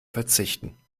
verzichten